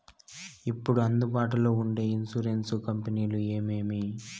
ఇప్పుడు అందుబాటులో ఉండే ఇన్సూరెన్సు కంపెనీలు ఏమేమి?